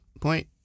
point